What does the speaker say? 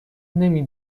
نمی